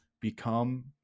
Become